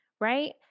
right